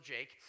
Jake